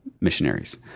missionaries